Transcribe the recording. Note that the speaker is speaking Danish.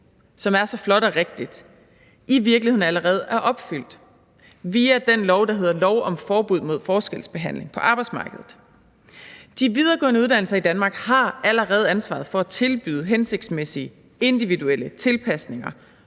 som er så flot og rigtigt, i virkeligheden allerede er opfyldt via den lov, der hedder lov om forbud mod forskelsbehandling på arbejdsmarkedet. De videregående uddannelser i Danmark har allerede ansvaret for at tilbyde hensigtsmæssige og individuelle tilpasninger,